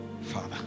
Father